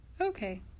Okay